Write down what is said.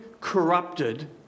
corrupted